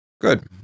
Good